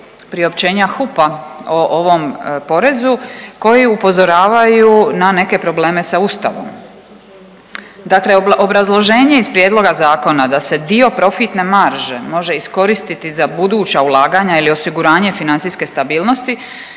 priopćenja HUP-a o ovom porezu koji upozoravaju na neke probleme sa ustavom. Dakle obrazloženje iz prijedloga zakona da se dio profitne marže može iskoristiti za buduća ulaganja ili osiguranje financijske stabilnosti